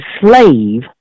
slave